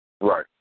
Right